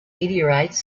meteorites